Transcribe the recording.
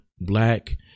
black